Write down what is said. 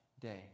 day